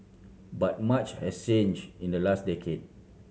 but much has changed in the last decade